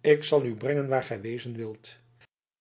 ik zal u brengen waar gij wezen wilt